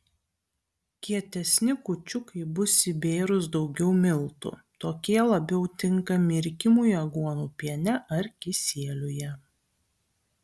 kietesni kūčiukai bus įbėrus daugiau miltų tokie labiau tinka mirkymui aguonų piene ar kisieliuje